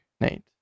Nate